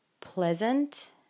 pleasant